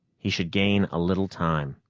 he should gain a little time.